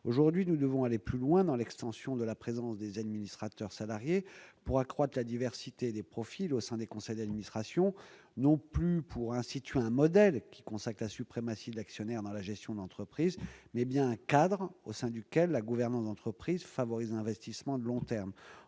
Aujourd'hui, nous devons aller plus loin dans l'extension de la présence des administrateurs salariés pour accroître la diversité des profils au sein des conseils d'administration, non plus pour instituer un modèle qui consacre la suprématie de l'actionnaire dans la gestion de l'entreprise, mais bien pour instaurer un cadre au sein duquel la gouvernance d'entreprise favorise l'investissement de long terme.